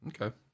Okay